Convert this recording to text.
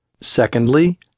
Secondly